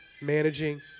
managing